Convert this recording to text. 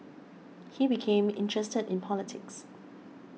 he became interested in politics